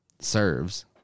serves